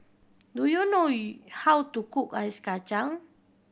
do you know how to cook ice kacang